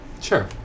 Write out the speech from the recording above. Sure